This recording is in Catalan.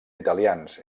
italians